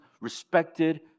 respected